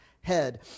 head